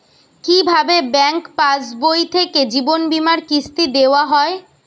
কি ভাবে ব্যাঙ্ক পাশবই থেকে জীবনবীমার কিস্তি দেওয়া হয়?